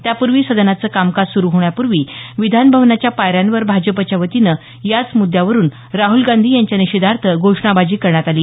त्यापूर्वी सदनाचं कामकाज सुरू होण्यापूर्वी विधान भवनाच्या पायऱ्यांवर भाजपच्या वतीनं याच मुद्यावरून राहल गांधी यांच्या निषेधार्थ घोषणाबाजी करण्यात आली